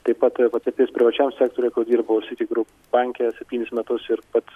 taip taip ir patirtis privačiam sekrotiuje kur dirbau sity grū banke septynis metus ir pats